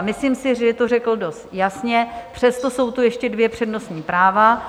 Myslím si, že to řekl dost jasně, přesto tu jsou ještě dvě přednostní práva.